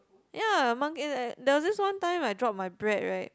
ya monkey that there was this one time I drop my bread right